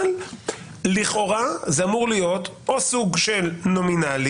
אבל לכאורה זה אמור להיות או סוג של נומינלי,